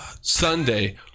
Sunday